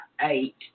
eight